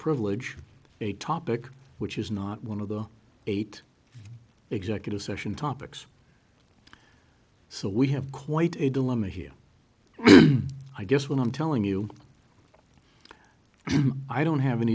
privilege a topic which is not one of the eight executive session topics so we have quite a dilemma here i guess when i'm telling you i don't have an